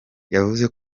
yavuze